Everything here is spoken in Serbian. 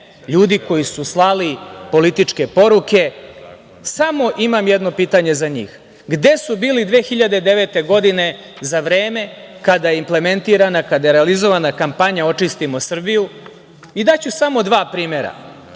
ljudi koji su slali političke poruke. Imam jedno pitanje za njih – gde su bili 2009. godine, za vreme kada je implementirana, kada je realizovana kampanja „Očistimo Srbiju“? Daću samo dva primera.